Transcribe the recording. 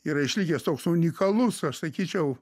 yra išlikęs toks unikalus aš sakyčiau